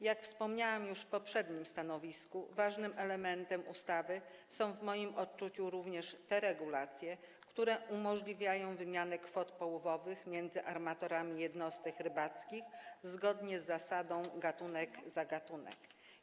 Jak wspomniałam już poprzednio, ważnym elementem ustawy są w moim odczuciu również te regulacje, które umożliwiają wymianę kwot połowowych między armatorami jednostek rybackich, zgodnie z zasadą gatunek za gatunek.